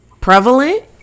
prevalent